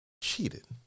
cheated